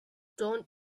don’t